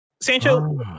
Sancho